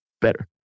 better